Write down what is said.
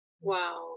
wow